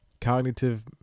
Cognitive